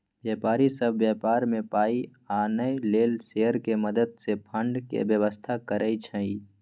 व्यापारी सब व्यापार में पाइ आनय लेल शेयर के मदद से फंड के व्यवस्था करइ छइ